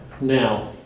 Now